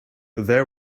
they